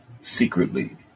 secretly